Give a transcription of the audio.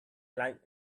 like